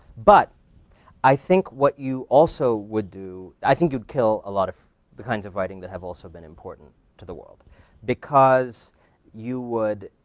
but i think what you also would do, i think you'd kill a lot of the kinds of writing that have also been important to the world because you would,